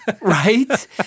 Right